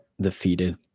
defeated